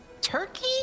Turkey